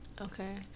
Okay